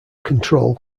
control